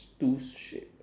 two sheep